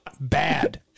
bad